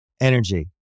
energy